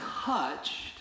touched